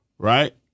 Right